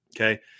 Okay